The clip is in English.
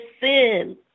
sin